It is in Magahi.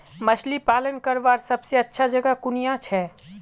मछली पालन करवार सबसे अच्छा जगह कुनियाँ छे?